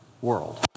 world